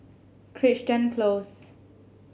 Crichton Close